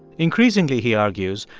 increasingly, he argues,